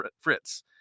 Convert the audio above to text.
Fritz